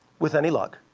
with any luck,